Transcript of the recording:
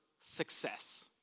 success